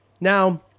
Now